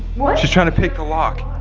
what? she's trying to pick the lock.